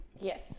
Yes